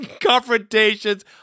confrontations